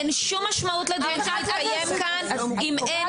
אין שום משמעות לדיון שיתקיים כאן אם אין